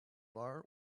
bar